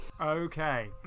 okay